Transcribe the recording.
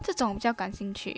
这种比较感兴趣